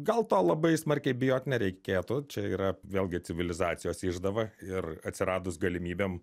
gal to labai smarkiai bijot nereikėtų čia yra vėlgi civilizacijos išdava ir atsiradus galimybėm